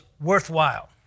worthwhile